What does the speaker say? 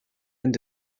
and